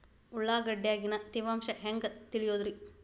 ಉಳ್ಳಾಗಡ್ಯಾಗಿನ ತೇವಾಂಶ ಹ್ಯಾಂಗ್ ತಿಳಿಯೋದ್ರೇ?